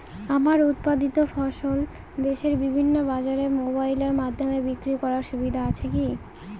আমার উৎপাদিত ফসল দেশের বিভিন্ন বাজারে মোবাইলের মাধ্যমে বিক্রি করার সুবিধা আছে কি?